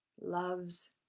loves